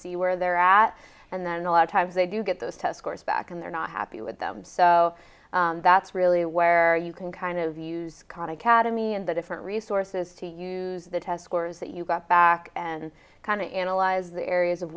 see where they're at and then a lot of times they do get those test scores back and they're not happy with them so that's really where you can kind of use khan academy and the different resources to use the test scores that you got back and kind of analyze the areas of